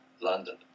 London